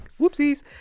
whoopsies